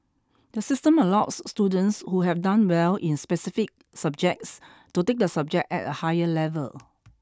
the system allows students who have done well in specific subjects to take the subject at a higher level